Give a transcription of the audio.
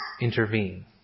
intervene